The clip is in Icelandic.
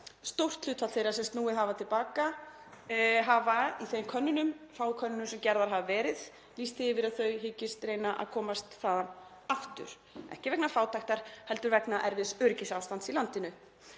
Stórt hlutfall þeirra sem snúið hafa til baka hefur, í þeim fáu könnunum sem gerðar hafa verið, lýst því yfir að þau hyggist reyna að komast þaðan aftur, ekki vegna fátæktar heldur vegna erfiðs öryggisástands í landinu.